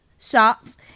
shops